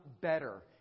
better